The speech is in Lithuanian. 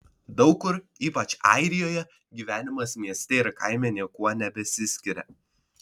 daug kur ypač airijoje gyvenimas mieste ir kaime niekuo nebesiskiria